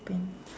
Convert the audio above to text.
pain